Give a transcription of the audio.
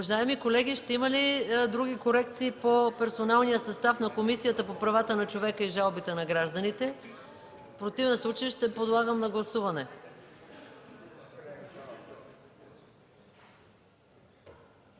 Уважаеми колеги, ще има ли други корекции по персоналния състав на Комисията по правата на човека и жалбите на гражданите? Ще подложа на гласуване